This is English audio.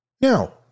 Now